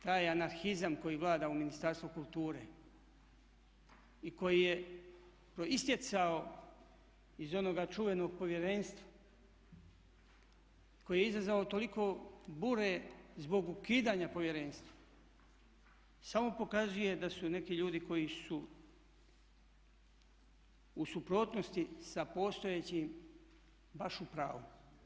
Taj anarhizam koji vlada u Ministarstvu kulture i koji je proistjecao iz onoga čuvenog povjerenstva koje je izazvalo toliko bure zbog ukidanja povjerenstva samo pokazuje da su neki ljudi koji su u suprotnosti sa postojećim baš u pravu.